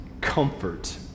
comfort